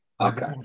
Okay